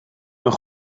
een